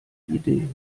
idee